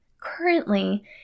Currently